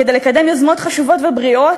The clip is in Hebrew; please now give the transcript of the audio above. כדי לקדם יוזמות חשובות ובריאות,